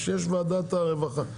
יש ועדת הרווחה.